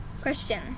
question